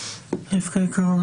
רבקה יקרה,